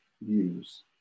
views